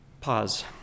Pause